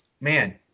man